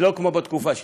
זה לא כמו בתקופה שלי,